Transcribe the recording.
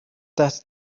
that